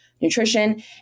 nutrition